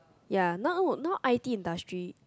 ya now now I_T industry